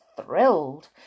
thrilled